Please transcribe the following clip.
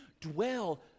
dwell